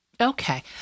Okay